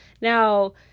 Now